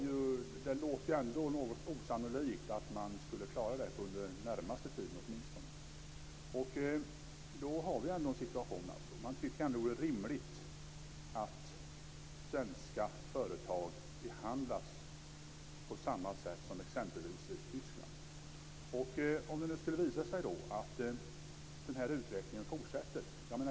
Men det låter ändå något osannolikt att man skulle klara det åtminstone under den närmaste tiden. Det vore rimligt att svenska företag behandlas på samma sätt som exempelvis i Tyskland.